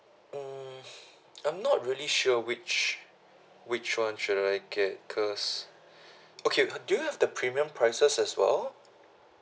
um I'm not really sure which which one should I get cause okay do you have the premium prices as well